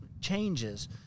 changes